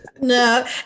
No